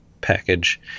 package